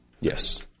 Yes